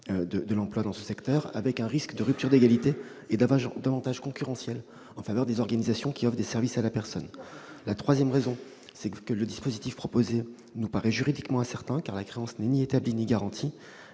de l'emploi dans ce secteur, avec un risque de rupture d'égalité et d'avantage concurrentiel en faveur des organisations qui offrent des services à la personne. Troisièmement, le dispositif proposé nous paraît juridiquement incertain, car la créance n'est ni établie ni garantie.